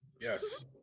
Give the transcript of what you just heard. Yes